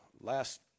last